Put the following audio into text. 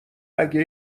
اگه